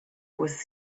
was